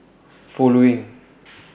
following